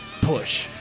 push